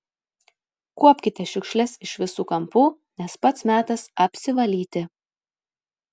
kuopkite šiukšles iš visų kampų nes pats metas apsivalyti